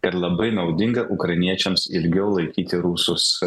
kad labai naudinga ukrainiečiams ilgiau laikyti rusus